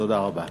תודה רבה.